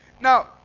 Now